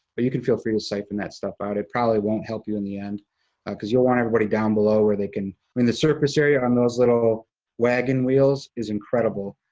but you can feel free to siphon that stuff out. it probably won't help you in the end cause you'll want everybody down below where they can, i mean, the surface area, um those little wagon wheels, is incredible.